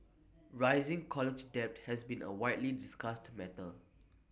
rising college debt has been A widely discussed matter